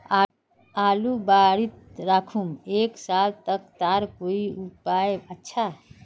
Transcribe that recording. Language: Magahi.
आलूर बारित राखुम एक साल तक तार कोई उपाय अच्छा?